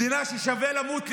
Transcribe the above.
מדינה ששווה למות למענה,